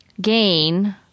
gain